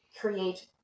create